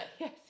Yes